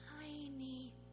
tiny